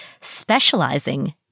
specializing